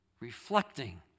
reflecting